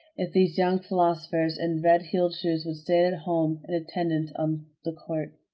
if these young philosophers in red-heeled shoes had stayed at home in attendance on the court.